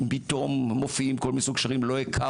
פתאום מופיעים כל מיני סוג לא הכרתי,